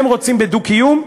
הם רוצים בדו-קיום,